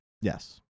Yes